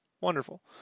Wonderful